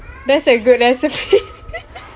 that's a good recipe